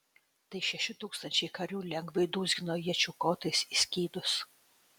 tai šeši tūkstančiai karių lengvai dūzgino iečių kotais į skydus